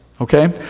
okay